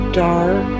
dark